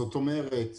זאת אומרת,